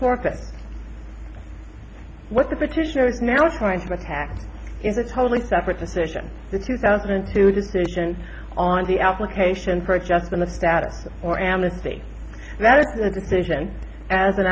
corpus what the petitioner is now trying to attack is a totally separate decision the two thousand and two decision on the application for adjustment of status or amnesty that it's a decision as an